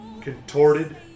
contorted